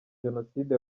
jenoside